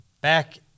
Back